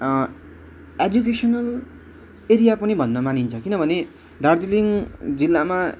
educational area पनि भन्न मानिन्छ किनभने दार्जिलिङ जिल्लामा